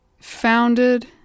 founded